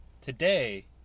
Today